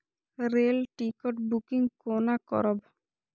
Rail ticket booking कोना करब?